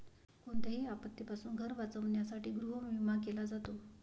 कोणत्याही आपत्तीपासून घर वाचवण्यासाठी गृहविमा केला जातो